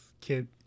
kid